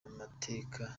amateka